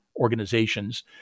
Organizations